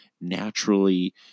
naturally